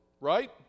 right